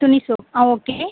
துணி சோப் ஆ ஓகே